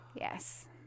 Yes